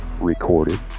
recorded